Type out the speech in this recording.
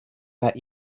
that